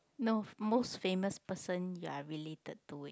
no most famous person you are related to